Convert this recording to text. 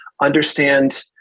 understand